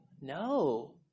No